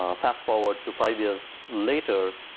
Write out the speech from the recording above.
ah fast-forward to five years later,